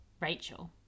Rachel